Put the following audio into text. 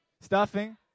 Stuffing